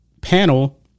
panel